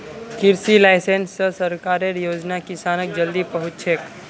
कृषि लाइसेंस स सरकारेर योजना किसानक जल्दी पहुंचछेक